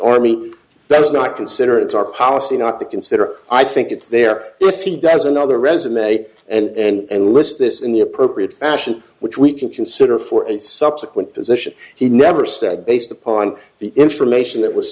army does not consider it our policy not to consider i think it's there if he does another resume and list this in the appropriate fashion which we can consider for and subsequent position he never said based upon the information that was